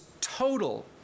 total